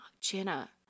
Jenna